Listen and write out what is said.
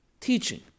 teaching